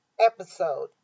Episode